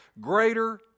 greater